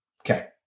Okay